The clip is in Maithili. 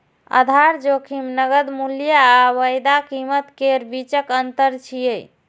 आधार जोखिम नकद मूल्य आ वायदा कीमत केर बीचक अंतर छियै